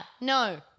No